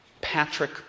Patrick